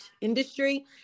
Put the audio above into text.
industry